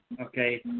okay